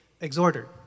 exhorter